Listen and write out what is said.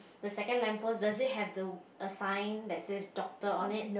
the second lamp post does it have the a sign that says doctor on it